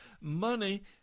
money